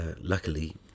luckily